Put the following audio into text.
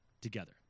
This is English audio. together